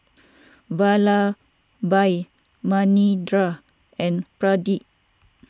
Vallabhbhai Manindra and Pradip